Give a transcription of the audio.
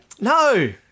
No